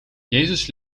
jezus